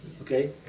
Okay